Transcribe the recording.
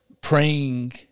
praying